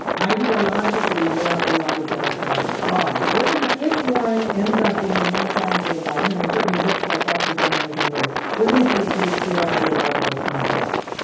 ideologically, where a lot of democrats are. now, we're going to if warren ends up being the main challenger to biden, and it certainly looks like that's the dynamic in the race, we're going to see a pretty clear ideological contrast,